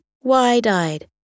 wide-eyed